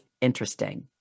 interesting